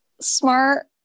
smart